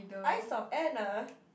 I saw Anna